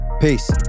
Peace